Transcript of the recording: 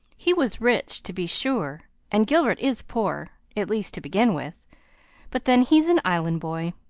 he was rich, to be sure, and gilbert is poor at least, to begin with but then he's an island boy.